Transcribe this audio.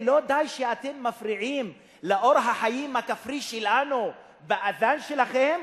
לא די שאתם מפריעים לאורח החיים הכפרי שלנו באַזַאן שלכם,